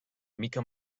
mica